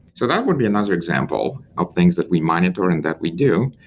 so that would be another example of things that we monitor and that we do,